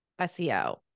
SEO